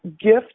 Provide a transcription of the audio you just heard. gift